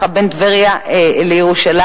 בין טבריה לירושלים,